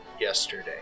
yesterday